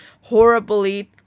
horribly